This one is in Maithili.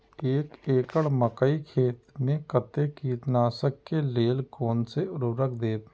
एक एकड़ मकई खेत में कते कीटनाशक के लेल कोन से उर्वरक देव?